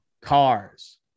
Cars